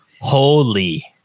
Holy